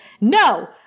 no